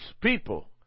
people